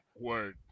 Word